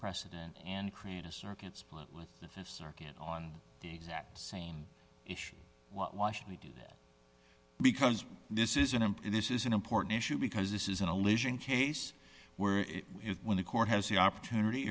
precedent and create a circuit split with the th circuit on the exact same issue why should we do that because this is an empty this is an important issue because this is an allusion case where it is when the court has the opportunity